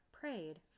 prayed